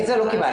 את זה לא קיבלתי.